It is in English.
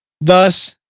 Thus